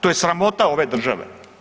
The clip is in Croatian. To je sramota ove države.